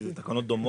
כי אלה תקנות דומות.